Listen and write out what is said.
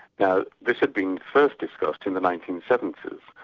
now this had been first discussed in the nineteen seventy s,